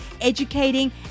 educating